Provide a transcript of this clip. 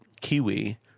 Kiwi